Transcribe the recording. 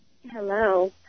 Hello